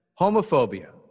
homophobia